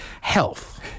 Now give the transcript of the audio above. health